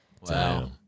Wow